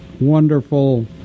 wonderful